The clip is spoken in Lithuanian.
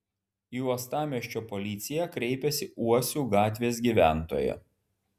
į uostamiesčio policiją kreipėsi uosių gatvės gyventoja